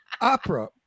opera